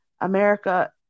America